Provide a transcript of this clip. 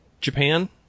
Japan